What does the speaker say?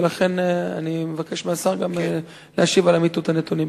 ולכן אני מבקש מהשר להשיב לגבי אמיתות הנתונים.